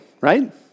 right